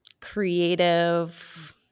creative